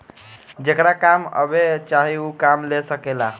जेकरा काम अब्बे चाही ऊ काम ले सकेला